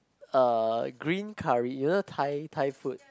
uh green curry you know Thai Thai food